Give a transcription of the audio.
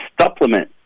supplement